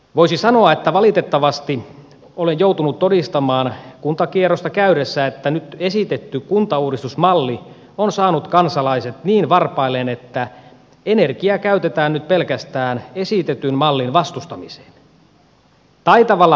voisi sanoa että valitettavasti olen joutunut todistamaan kuntakierrosta käydessä että nyt esitetty kuntauudistusmalli on saanut kansalaiset niin varpailleen että energiaa käytetään nyt pelkästään esitetyn mallin vastustamiseen